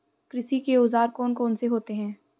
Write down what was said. कृषि के औजार कौन कौन से होते हैं?